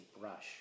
brush